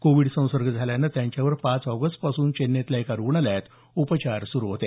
Covid संसर्ग झाल्यानं त्यांच्यावर पाच ऑगस्टपासून चेन्नईतल्या एका रुग्णालयात उपचार सुरू होते